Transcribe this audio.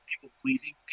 people-pleasing